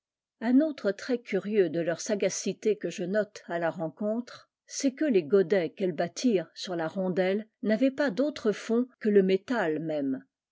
un autre trait curieux de leur sagacité que je note à la rencontre c'est que les godets qu'elles bâtirent sur la rondelle n'avaient pas d'autre fond que le métal même